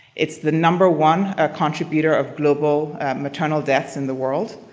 it's the number one ah contributor of global maternal deaths in the world,